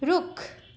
रुख